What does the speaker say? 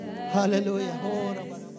Hallelujah